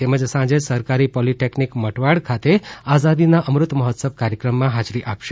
તેમજ સાંજે સરકારી પોલીટેકનિક મટવાડ ખાતે આઝાદીના અમૃત મહોત્સવ કાર્યક્રમમાં હાજરી આપશે